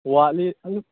ꯋꯥꯠꯂꯤ ꯑꯗꯨꯝ